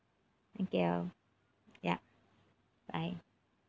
thank you yup bye